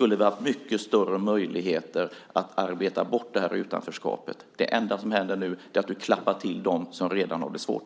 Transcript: hade vi haft större möjligheter att arbeta bort utanförskapet. Det enda som händer nu är att du klappar till dem som redan har det svårt.